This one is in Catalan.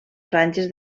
franges